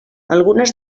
algunes